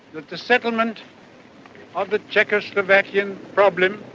that the settlement of the czechoslovakian problem,